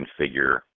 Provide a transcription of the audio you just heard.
configure